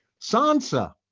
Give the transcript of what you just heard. Sansa